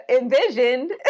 envisioned